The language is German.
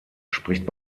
spricht